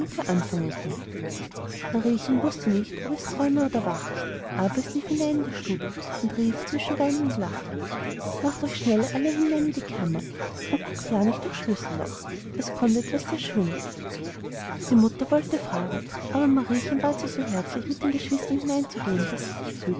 anfangen können mariechen wußte nicht ob es träume oder wache aber es lief hinein in die stube und rief zwischen weinen und lachen macht euch schnell alle hinein in die kammer und guckt ja nicht durchs schlüsselloch es kommt etwas sehr schönes die mutter wollte fragen aber mariechen bat sie so herzlich mit den geschwistern hineinzugehen daß sie sich